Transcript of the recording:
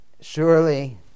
Surely